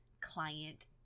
client